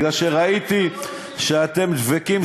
ראיתי שאתם דבקים,